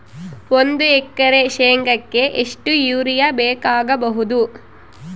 ಒಂದು ಎಕರೆ ಶೆಂಗಕ್ಕೆ ಎಷ್ಟು ಯೂರಿಯಾ ಬೇಕಾಗಬಹುದು?